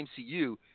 MCU